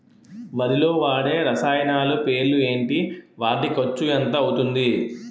వరిలో వాడే రసాయనాలు పేర్లు ఏంటి? వాటి ఖర్చు ఎంత అవతుంది?